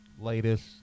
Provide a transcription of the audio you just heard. latest